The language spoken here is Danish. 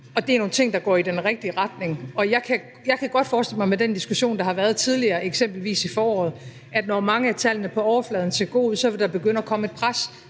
og det er nogle ting, der går i den rigtige retning. Jeg kan godt forestille mig med den diskussion, der har været tidligere, eksempelvis i foråret, at der, når mange af tallene på overfladen ser gode ud, så vil begynde at komme et pres,